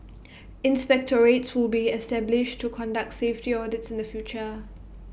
inspectorates will be established to conduct safety audits in the future